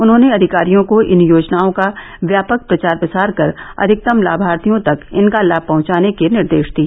उन्होंने अधिकारियों को इन योजनाओं का व्यापक प्रचार प्रसार कर अधिकतम लाभार्थियों तक इनका लाभ पहुंचाने के निर्देश दिए